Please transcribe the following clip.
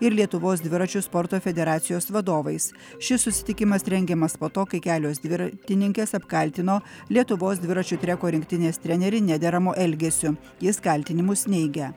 ir lietuvos dviračių sporto federacijos vadovais šis susitikimas rengiamas po to kai kelios dviratininkės apkaltino lietuvos dviračių treko rinktinės trenerį nederamu elgesiu jis kaltinimus neigia